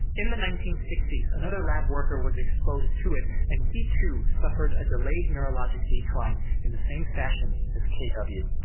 in the nineteen sixty s, another lab worker was exposed to it. and he too suffered a delayed neurologic decline in the same fashion as kw.